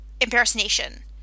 impersonation